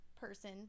person